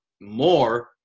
more